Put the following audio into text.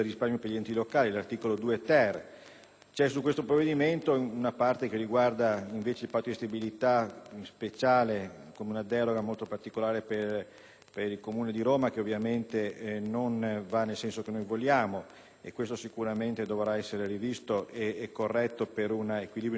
Vi è poi una parte che riguarda il Patto di stabilità speciale con una deroga molto particolare per il Comune di Roma, che ovviamente non va nel senso che vogliamo. Questo sicuramente dovrà essere rivisto e corretto per un equilibrio ed equità rispetto a tutti